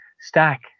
stack